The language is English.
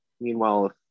meanwhile